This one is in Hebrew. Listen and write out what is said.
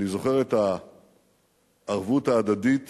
אני זוכר את הערבות ההדדית